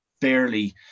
Barely